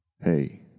Hey